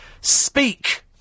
Speak